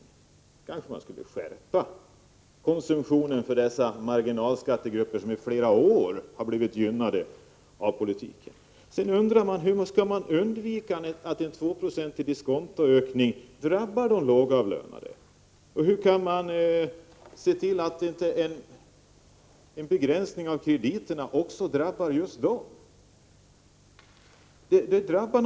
Nu kanske man borde skärpa konsumtionen för dessa marginalskattegrupper som i flera år har gynnats. Sedan undrar man hur det skall kunna gå att undvika att en 2-procentig diskontohöjning drabbar de lågavlönade. Hur kan man se till att också en begränsning av krediterna inte drabbar just denna kategori?